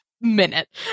minute